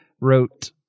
wrote